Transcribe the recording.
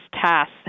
tasks